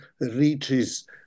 reaches